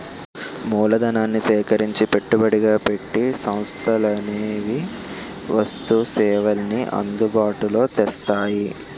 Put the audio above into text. మూలధనాన్ని సేకరించి పెట్టుబడిగా పెట్టి సంస్థలనేవి వస్తు సేవల్ని అందుబాటులో తెస్తాయి